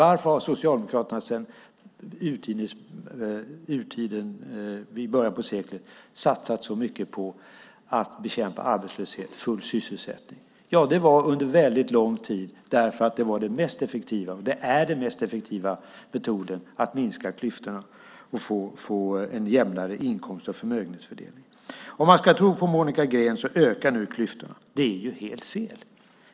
Varför har Socialdemokraterna sedan i början av seklet satsat så mycket på att bekämpa arbetslöshet och på full sysselsättning? Jo, det gjorde man under väldigt lång tid därför att det är den mest effektiva metoden att minska klyftorna och få en jämnare inkomst och förmögenhetsfördelning. Om man ska tro på Monica Green ökar klyftorna. Men det är helt fel.